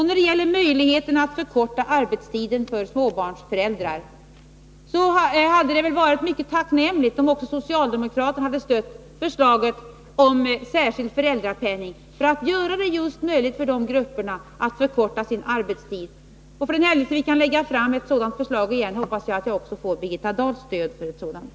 När det gäller möjligheten att förkorta arbetstiden för småbarnsföräldrar hade det varit mycket tacknämligt om också socialdemokraterna hade stött förslaget om särskild föräldrapenning, för att göra det möjligt just för de grupperna att förkorta sin arbetstid. För den händelse vi kan lägga fram ett sådan förslag igen hoppas jag att jag också får Birgitta Dahls stöd för det förslaget.